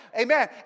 amen